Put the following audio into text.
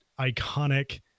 iconic